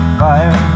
fire